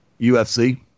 UFC